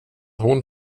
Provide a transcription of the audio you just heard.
hon